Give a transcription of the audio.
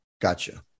Gotcha